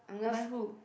by who